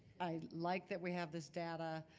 i like that we have this data.